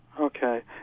Okay